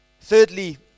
Thirdly